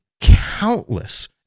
countless